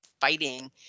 fighting